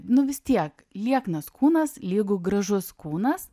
nu vis tiek lieknas kūnas lygu gražus kūnas